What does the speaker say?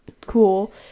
cool